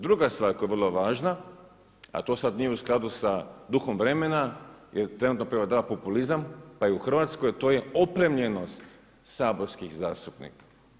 Druga stvar koja je vrlo važna, a to nije u skladu sa duhom vremena jer trenutno prevladava populizam pa i u Hrvatskoj a to je opremljenost saborskih zastupnika.